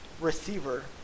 receiver